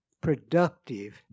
productive